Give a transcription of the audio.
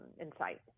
insight